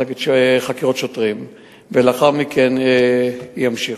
מחלקת חקירות שוטרים, ולאחר מכן ימשיכו.